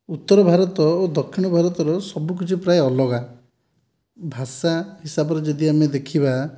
ଉତ୍ତର ଭାରତ ଏବଂ ଦକ୍ଷିଣ ଭାରତର ସବୁକିଛି ପ୍ରାୟ ଅଲଗା ଭାଷା ହିସାବରେ ଯଦି ଆମେ ଦେଖିବା